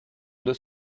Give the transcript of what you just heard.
deux